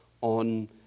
on